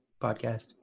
podcast